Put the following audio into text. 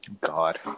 God